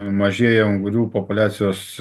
mažėja ungurių populiacijos